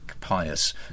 pious